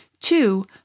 Two